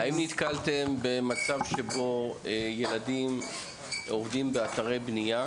האם נתקלתם במצב שבו ילדים עובדים באתרי בנייה?